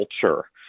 culture